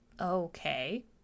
Okay